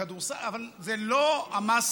אולי קצת בכדורסל, אבל הם לא המאסה.